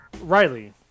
Riley